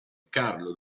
carlo